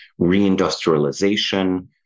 reindustrialization